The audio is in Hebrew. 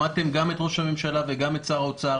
שמעתם גם את ראש הממשלה וגם את שר האוצר.